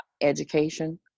education